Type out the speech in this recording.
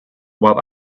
while